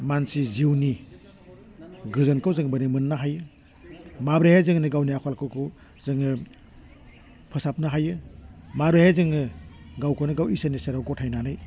मानसि जिउनि गोजोनखौ जों बोरै मोन्नो हायो माबोरैहाय जोंनि गानवि आखलफोरखौ जोङो फोसाबनो हायो माबोरैहाय जोङो गावखौनो गाव इसोरनि सेराव गथायनानै